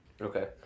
Okay